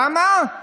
למה?